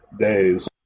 days